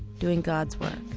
doing god's work.